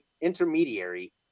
intermediary